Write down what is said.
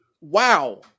Wow